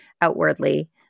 outwardly